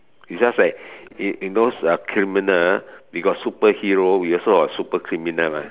is just that if if those uh criminal we got superhero we also got super criminal mah